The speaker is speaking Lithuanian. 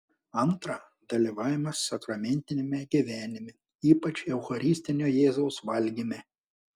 antra dalyvavimas sakramentiniame gyvenime ypač eucharistinio jėzaus valgyme